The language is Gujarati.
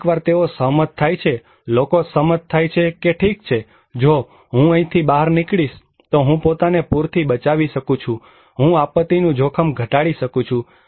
કેટલીકવાર તેઓ સહમત થાય છે લોકો સહમત થાય છે કે ઠીક છે જો હું અહીંથી બહાર નીકળીશ તો હું પોતાને પુર થી બચાવી શકું છું હું આપત્તિ નું જોખમ ઘટાડી શકું છું